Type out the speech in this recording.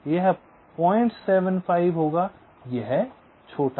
यह 075 होगा यह छोटा है